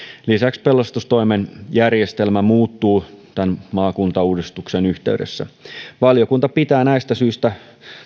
lisäksi pelastustoimen järjestelmä muuttuu tämän maakuntauudistuksen yhteydessä valiokunta pitää näistä syistä